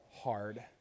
hard